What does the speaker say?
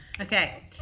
Okay